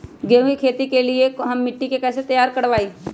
गेंहू की खेती के लिए हम मिट्टी के कैसे तैयार करवाई?